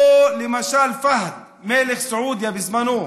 או למשל פהד, מלך סעודיה, בזמנו.